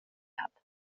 hat